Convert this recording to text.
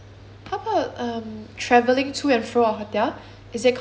um travelling to and fro our hotel is it convenient